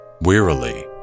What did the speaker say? Wearily